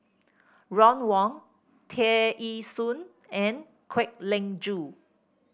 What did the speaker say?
Ron Wong Tear Ee Soon and Kwek Leng Joo